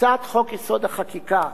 הצעת חוק-יסוד: החקיקה